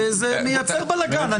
זה מייצר בלגן.